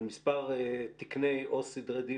על מספר תקני עובדים סוציאליים לסדרי דין